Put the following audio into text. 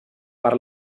per